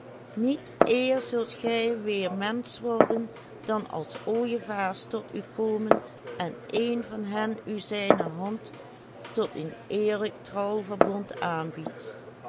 niet eer zult gij weê mensch worden dan als ooijevaars tot u komen en een van hen u zijne hand tot een eerlijk trouwverbond aanbiedt